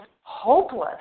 hopeless